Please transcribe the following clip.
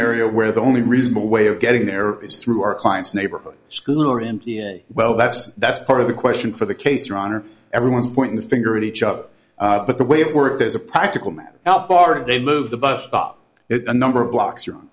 area where the only reasonable way of getting there is through our client's neighborhood school or in well that's that's part of the question for the case your honor everyone's pointing the finger at each other but the way it worked as a practical matter how far did they move the bus stop it a number of blocks